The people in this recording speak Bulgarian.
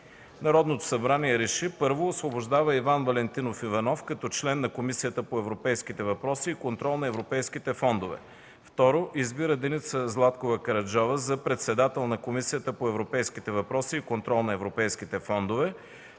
„Народното събрание РЕШИ: 1. Освобождава Иван Валентинов Иванов като член на Комисията по европейките въпроси и контрол на европейските фондове. 2. Избира Деница Златкова Караджова за председател на Комисията по европейските въпроси и контрол на европейските фондове.